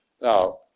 Now